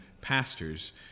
pastors